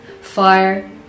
fire